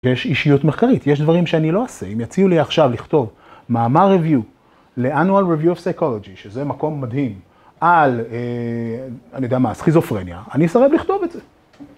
יש אישיות מחקרית, יש דברים שאני לא עושה, אם יציאו לי עכשיו לכתוב מאמר review ל-annual review of psychology , שזה מקום מדהים על אני יודע מה, סכיזופרניה, אני אסרב לכתוב את זה.